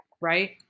Right